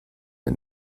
den